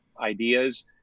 ideas